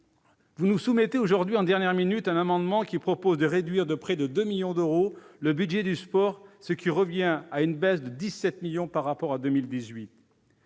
vous nous soumettez aujourd'hui en dernière minute un amendement qui a pour objet de réduire de près de 2 millions d'euros le budget du sport, ce qui conduira à une baisse de 17 millions d'euros par rapport à 2018.